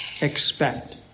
expect